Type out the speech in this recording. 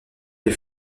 des